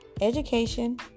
education